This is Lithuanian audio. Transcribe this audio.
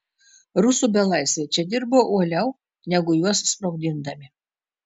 rusų belaisviai čia dirbo uoliau negu juos sprogdindami